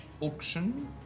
auction